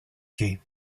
quais